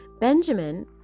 Benjamin